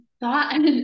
thought